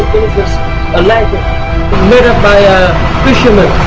is a legend, made up by ah fishermen,